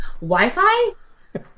Wi-Fi